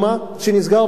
שנסגר ב-21:00,